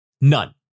None